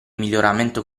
miglioramento